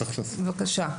בבקשה.